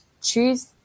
choose